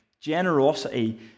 Generosity